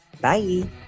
Bye